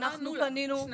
מה אמרו לך?